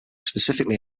specifically